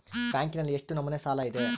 ಬ್ಯಾಂಕಿನಲ್ಲಿ ಎಷ್ಟು ನಮೂನೆ ಸಾಲ ಇದೆ?